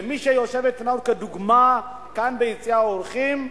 למי שיושבת, כדוגמה, כאן ביציע האורחים,